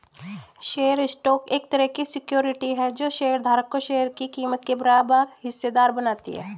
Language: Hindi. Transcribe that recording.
शेयर स्टॉक एक तरह की सिक्योरिटी है जो शेयर धारक को शेयर की कीमत के बराबर हिस्सेदार बनाती है